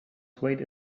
swayed